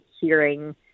hearing